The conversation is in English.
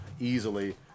easily